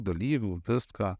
dalyvių viską